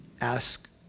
ask